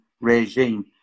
regime